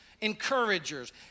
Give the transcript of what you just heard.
encouragers